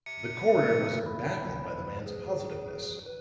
the coroner was baffled by the man's positiveness.